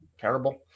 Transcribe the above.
terrible